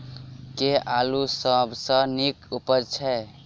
केँ आलु सबसँ नीक उबजय छै?